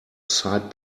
side